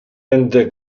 ente